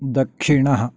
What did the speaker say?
दक्षिणः